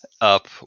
Up